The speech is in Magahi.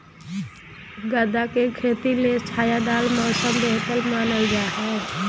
गदा के खेती ले छायादार मौसम बेहतर मानल जा हय